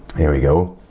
here we go